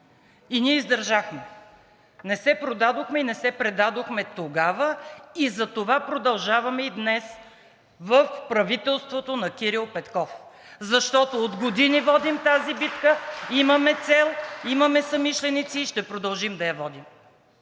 и ние издържахме. Не се продадохме и не се предадохме тогава и затова продължаваме и днес в правителството на Кирил Петков, защото от години водим тази битка, имаме цел, имаме съмишленици, и ще продължим да я водим.